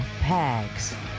Pags